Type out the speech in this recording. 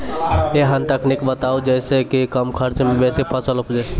ऐहन तकनीक बताऊ जै सऽ कम खर्च मे बेसी फसल उपजे?